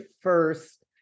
first